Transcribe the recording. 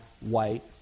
white